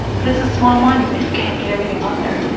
but it's a small monument, you can't get everything on there.